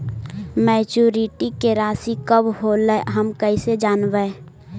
Maturity के रासि कब होलै हम कैसे जानबै?